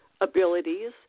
abilities